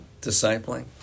discipling